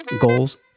goals